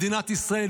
מדינת ישראל,